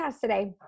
today